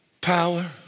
power